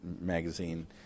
Magazine